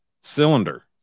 cylinder